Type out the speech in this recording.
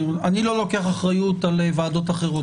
לוקח אחריות על מה שקורה בוועדות אחרות.